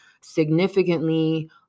significantly